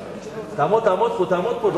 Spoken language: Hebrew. תעמוד, תעמוד פה.